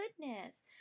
goodness